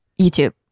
youtube